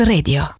Radio